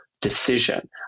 decision